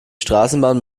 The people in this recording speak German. straßenbahn